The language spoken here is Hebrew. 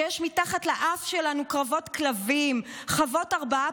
שיש מתחת לאף שלנו קרבות כלבים וחוות הרבעה